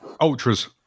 Ultras